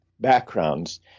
backgrounds